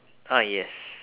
ah yes